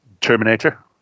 Terminator